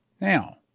Now